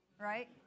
right